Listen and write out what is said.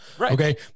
Okay